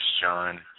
John